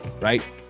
right